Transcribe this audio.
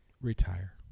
retire